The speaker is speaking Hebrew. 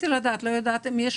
אני רוצה לדעת אני לא יודעת אם יש